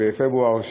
בפברואר,